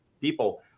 people